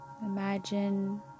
Imagine